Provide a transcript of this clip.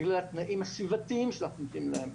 בגלל התנאים הסביבתיים שאנחנו נותנים להם.